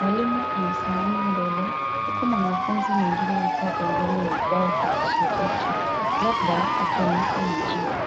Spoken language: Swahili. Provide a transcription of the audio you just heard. Mwalimu anasimama mbele, huku mwanafunzi mwingine akiwa pembeni ya ubao akishiriki labda akiandika majibu.